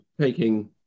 Taking